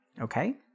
Okay